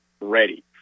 ready